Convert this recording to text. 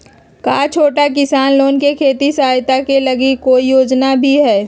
का छोटा किसान लोग के खेती सहायता के लगी कोई योजना भी हई?